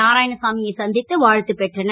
நாராயணசாமியை சந் த்து வா த்து பெற்றனர்